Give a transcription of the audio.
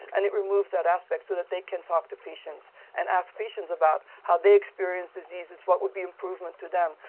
and it removes that aspect so that they can talk to patients and ask patients about how they experience diseases and what would be improvement to them.